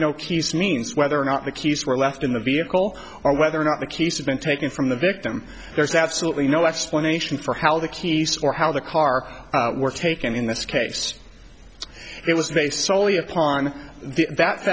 no means whether or not the keys were left in the vehicle or whether or not the case has been taken from the victim there's absolutely no explanation for how the keys for how the car were taken in this case it was based solely upon the that's the